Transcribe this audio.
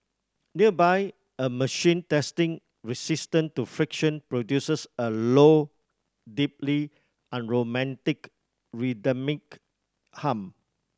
nearby a machine testing resistance to friction produces a low deeply unromantic rhythmic hum